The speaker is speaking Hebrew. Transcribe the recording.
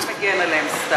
למה אתה מגן עליהם סתם?